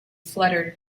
fluttered